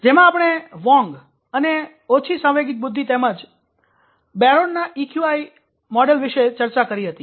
જેમાં આપણે વોંગ અને ઓછી સાંવેગિક બુદ્ધિ તેમજ બેરોનના ઇક્યુઆઈ વિશે ચર્ચા કરી હતી